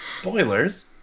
Spoilers